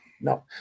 No